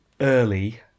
early